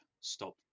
stop